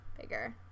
bigger